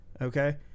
okay